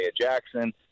Jackson